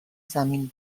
زمین